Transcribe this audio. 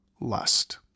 lust